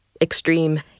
extreme